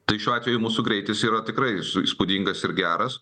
tai šiuo atveju mūsų greitis yra tikrai įspūdingas ir geras